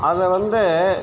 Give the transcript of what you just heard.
அதை வந்து